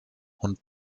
und